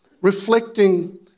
reflecting